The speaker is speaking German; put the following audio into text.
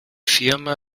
firma